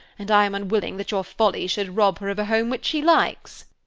and i am unwilling that your folly should rob her of a home which she likes.